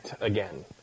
again